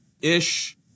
ish